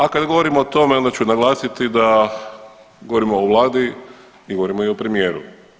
A kad govorim o tome onda ću naglasiti da govorimo o vladi i govorimo i o premijeru.